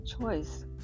choice